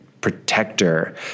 protector